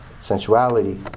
sensuality